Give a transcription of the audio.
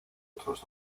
otros